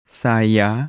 saya